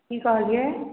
की कहलियै